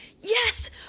yes